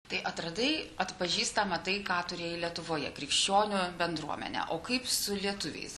tai atradai atpažįstamą tai ką turėjai lietuvoje krikščionių bendruomenę o kaip su lietuviais